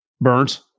Burns